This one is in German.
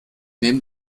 nimm